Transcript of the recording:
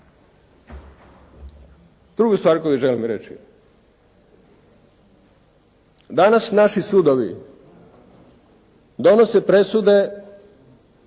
Drugu stvar koju želim reći, danas naši sudovi donose presude